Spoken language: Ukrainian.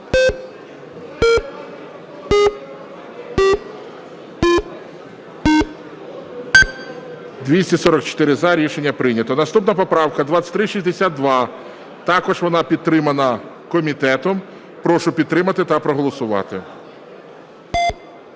За-244 Рішення прийнято. Наступна поправка 2362. Також вона підтримана комітетом. Прошу підтримати та проголосувати.